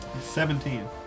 Seventeen